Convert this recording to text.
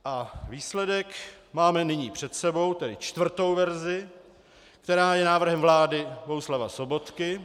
A výsledek máme nyní před sebou, tedy čtvrtou verzi, která je návrhem vlády Bohuslava Sobotky.